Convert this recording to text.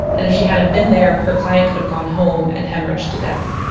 and if she hadn't been there, her client could have gone home and hemorrhaged to death